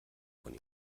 von